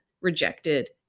rejected